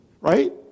right